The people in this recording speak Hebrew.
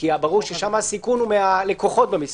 כי ברור ששם הסיכון הוא מהלקוחות מהמסעדה.